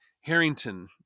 Harrington